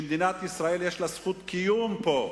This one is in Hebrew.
שמדינת ישראל יש לה זכות קיום פה,